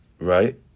Right